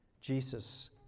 Jesus